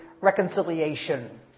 reconciliation